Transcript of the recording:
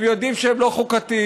הם יודעים שהם לא חוקתיים.